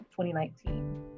2019